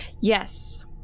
Yes